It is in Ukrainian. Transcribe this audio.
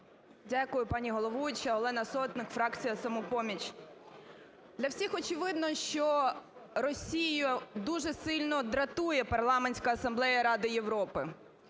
Дякую, пані головуюча. Олена Сотник, фракція "Самопоміч". Для всіх очевидно, що Росію дуже сильно дратує Парламентська асамблея Ради Європи.